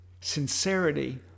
sincerity